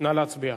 נא להצביע.